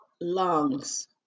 lungs